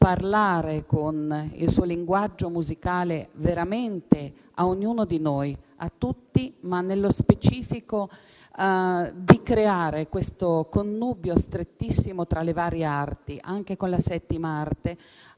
parlare con il suo linguaggio musicale a ognuno di noi, a tutti, e nello specifico di creare un connubio strettissimo tra le varie arti, anche con la settima arte,